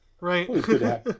Right